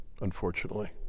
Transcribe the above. unfortunately